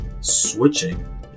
switching